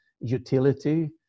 utility